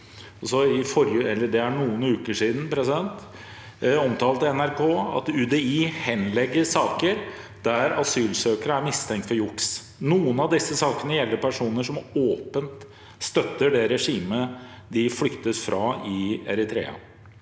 det eritreiske regimet. I forrige uke omtalte NRK at UDI henlegger saker der asylsøkere er mistenkt for juks. Noen av disse sakene gjelder personer som åpent støtter det regimet de flyktet fra i Eritrea.